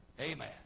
Amen